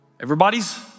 Everybody's